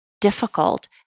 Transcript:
difficult